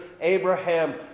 Abraham